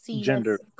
gender